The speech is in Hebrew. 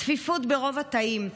צפיפות ברוב התאים.